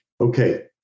okay